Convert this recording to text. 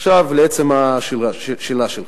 עכשיו לעצם השאלה שלך.